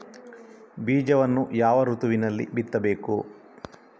ಬೀಜವನ್ನು ಯಾವ ಋತುವಿನಲ್ಲಿ ಬಿತ್ತಬೇಕು?